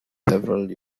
several